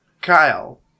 Kyle